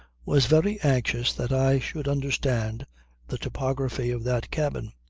was very anxious that i should understand the topography of that cabin.